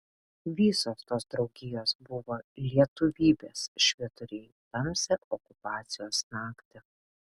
visos tos draugijos buvo lietuvybės švyturiai tamsią okupacijos naktį